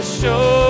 show